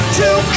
two